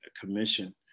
commission